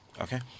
okay